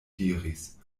diris